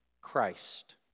Christ